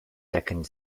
second